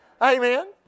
Amen